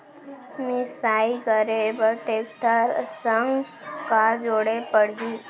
मिसाई करे बर टेकटर संग का जोड़े पड़ही?